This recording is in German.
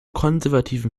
konservativen